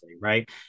Right